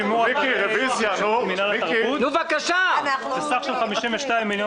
בשימור אתרי התיישבות במינהל התרבות בסך של 52 מיליון